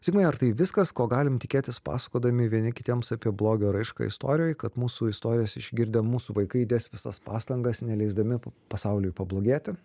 zigmai ar tai viskas ko galim tikėtis pasakodami vieni kitiems apie blogio raišką istorijoj kad mūsų istorijas išgirdę mūsų vaikai dės visas pastangas neleisdami pasauliui pablogėti